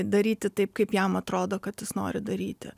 daryti taip kaip jam atrodo kad jis nori daryti